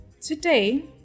Today